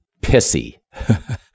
pissy